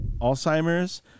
Alzheimer's